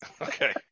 Okay